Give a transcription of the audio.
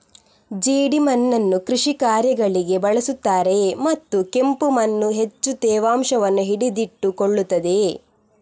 ಜೇಡಿಮಣ್ಣನ್ನು ಕೃಷಿ ಕಾರ್ಯಗಳಿಗೆ ಬಳಸುತ್ತಾರೆಯೇ ಮತ್ತು ಕೆಂಪು ಮಣ್ಣು ಹೆಚ್ಚು ತೇವಾಂಶವನ್ನು ಹಿಡಿದಿಟ್ಟುಕೊಳ್ಳುತ್ತದೆಯೇ?